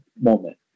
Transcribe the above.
moment